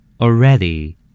Already